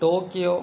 Tokyo